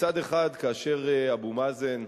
מצד אחד, כאשר אבו מאזן,